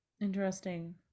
Interesting